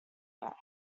back